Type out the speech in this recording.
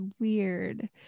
weird